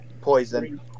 poison